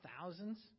thousands